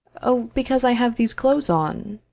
oh, because i have these clothes on.